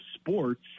sports